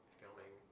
filming